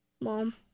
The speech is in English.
mom